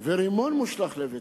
ורימון מושלך לביתו,